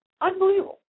Unbelievable